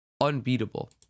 unbeatable